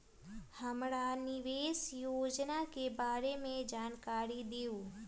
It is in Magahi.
हमरा निवेस योजना के बारे में जानकारी दीउ?